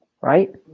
Right